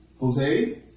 Jose